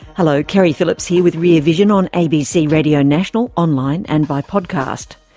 hello keri phillips here with rear vision on abc radio national, online and by podcast.